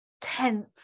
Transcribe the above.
tense